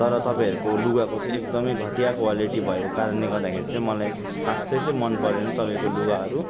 तर तपाईँहरूको लुगाको चाहिँ एकदमै घटिया क्वालिटी भएको कारणले गर्दाखेरि चाहिँ मलाई खासै चाहिँ मन परेन तपाईँको लुगाहरू